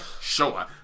Sure